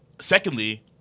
secondly